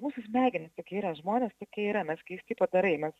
mūsų smegenys tokie yra žmonės tokie yra mes keisti padarai mes